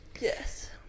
Yes